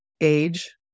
age